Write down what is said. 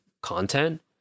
content